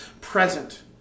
present